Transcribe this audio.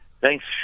Thanks